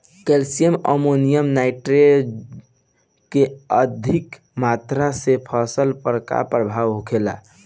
Calcium ammonium nitrate के अधिक मात्रा से फसल पर का प्रभाव होखेला?